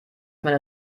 meine